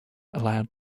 allowed